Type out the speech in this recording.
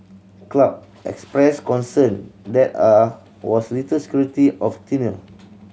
club expressed concern that are was little security of tenure